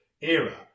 era